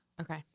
Okay